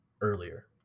earlier